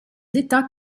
états